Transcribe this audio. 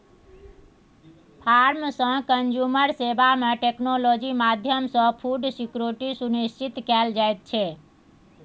farm सँ consumer सेबा मे टेक्नोलॉजी माध्यमसँ फुड सिक्योरिटी सुनिश्चित कएल जाइत छै